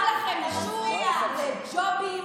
שיסדרו לכם אישור לג'ובים